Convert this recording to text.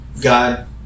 God